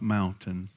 Mountain